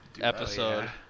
episode